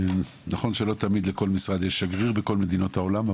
נכון שלא תמיד לכל משרד יש שגריר בכל מדינות העולם,